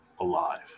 alive